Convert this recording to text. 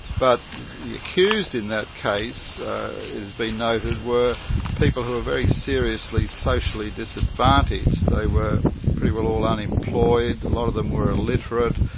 but the accused in that case it's been noted, were people who were very seriously socially disadvantaged. they were pretty well all unemployed, a lot of them were illiterate,